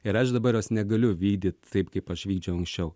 ir aš dabar jos negaliu vykdyt taip kaip aš vykdžiau anksčiau